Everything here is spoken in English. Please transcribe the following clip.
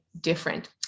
different